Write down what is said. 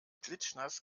klitschnass